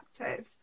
active